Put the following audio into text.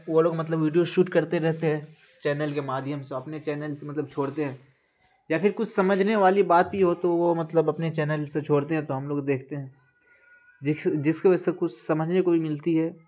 وہ لوگ مطلب ویڈیو شوٹ کرتے رہتے ہیں چینل کے مادھیم سے اپنے چینل سے مطلب چھوڑتے ہیں یا پھر کچھ سمجھنے والی بات بھی ہو تو وہ مطلب اپنے چینل سے چھوڑتے ہیں تو ہم لوگ دیکھتے ہیں جس کی وجہ سے کچھ سمجھنے کو بھی ملتی ہے